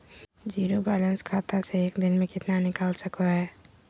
Zero balance खाता से एक दिन में कितना निकाल सको है?